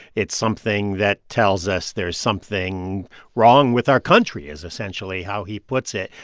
it's something that tells us there's something wrong with our country is essentially how he puts it.